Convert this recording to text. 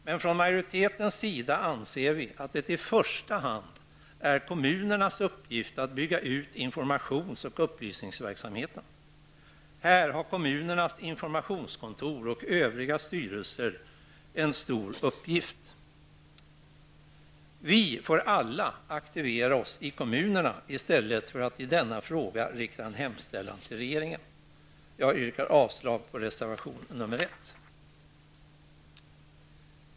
Men vi i majoriteten anser att det i första hand är kommunernas uppgift att bygga ut informationsoch upplysningsverksamheten. Här har kommunernas informationskontor och övriga styrelser en stor uppgift. Vi får alla aktivera oss i kommunerna i stället för att i denna fråga rikta en hemställan till regeringen. Jag yrkar avslag på reservation nr 1.